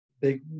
big